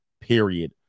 period